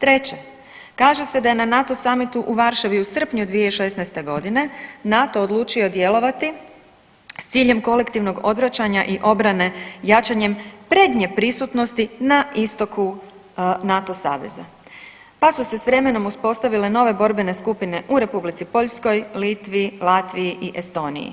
Treće, kaže se da je na NATO summitu u Varšavi u srpnju 2016.g. NATO odlučio djelovati s ciljem kolektivnog odvraćanja i obrane jačanjem prednje prisutnosti na istoku NATO saveza, pa su se s vremenom uspostavile nove borbene skupine u Republici Poljskoj, Litvi, Latviji i Estoniji,